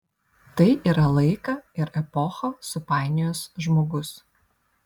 tai yra laiką ir epochą supainiojęs žmogus